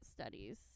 studies